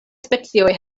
specioj